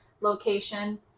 location